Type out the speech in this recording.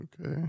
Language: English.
Okay